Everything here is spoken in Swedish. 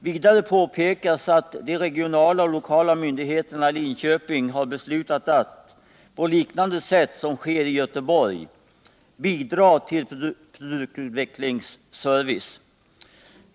Vidare påpekas att de regionala och lokala myndigheterna i Linköping har beslutat att — på liknande sätt som sker i Göteborg — bidra till produktutvecklingsservice.